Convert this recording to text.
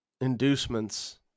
inducements